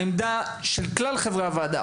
העמדה הברורה של כלל חברי הוועדה,